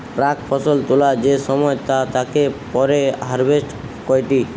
প্রাক ফসল তোলা যে সময় তা তাকে পরে হারভেস্ট কইটি